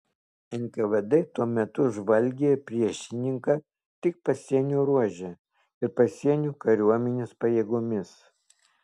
nkvd tuo metu žvalgė priešininką tik pasienio ruože ir pasienio kariuomenės pajėgomis